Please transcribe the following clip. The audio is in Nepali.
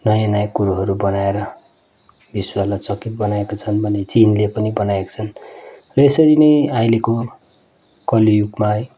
नयाँ नयाँ कुरोहरू बनाएर विश्वलाई चकित बनाएको छन् भने चिनले पनि बनाएको छन् र यसरी नै अहिलेको कलियुगमा है